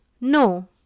No